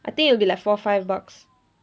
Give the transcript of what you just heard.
I think it'll be like four five bucks